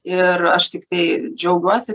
ir aš tiktai džiaugiuosi